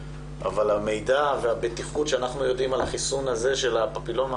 אבל המידע והבטיחות שאנחנו יודעים על החיסון הזה של הפפילומה